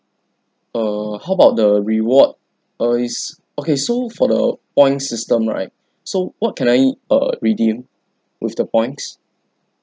err how about the reward uh is okay so for the points system right so what can I uh redeem with the points